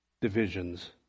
divisions